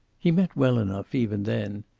he meant well enough even then.